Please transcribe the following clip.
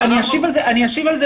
אני אשיב על זה